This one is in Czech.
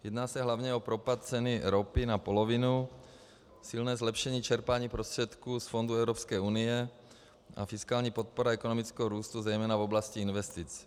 Jedná se hlavně o propad ceny ropy na polovinu, silné zlepšení čerpání prostředků z fondů Evropské unie a fiskální podpora ekonomického růstu zejména v oblasti investic.